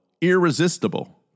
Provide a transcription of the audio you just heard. irresistible